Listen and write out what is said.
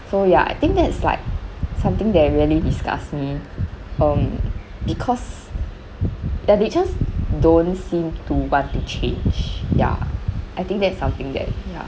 so ya I think that's like something that really disgusts me um because uh they just don't seem to want to change ya I think that is something that ya